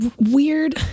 Weird